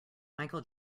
michael